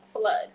flood